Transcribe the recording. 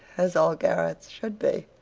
as all garrets should be.